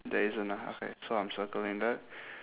there isn't ah okay so I'm circling that